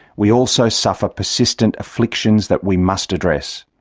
we also suffer persistent afflictions that we must address.